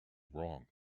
wrong